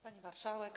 Pani Marszałek!